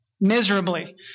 miserably